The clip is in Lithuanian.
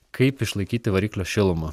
kaip išlaikyti variklio šilumą